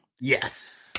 Yes